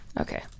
Okay